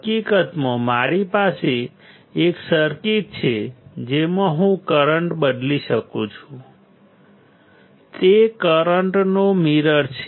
હકીકતમાં મારી પાસે એક સર્કિટ છે જેમાં હું કરંટ બદલી શકું છું તે કરંટનો મિરર છે